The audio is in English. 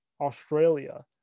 Australia